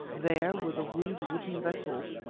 there were the rude wooden vessels,